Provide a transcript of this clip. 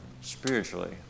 spiritually